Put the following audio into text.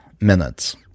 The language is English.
minutes